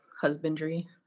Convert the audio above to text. husbandry